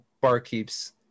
barkeep's